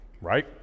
right